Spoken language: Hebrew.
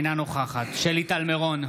אינה נוכחת שלי טל מירון,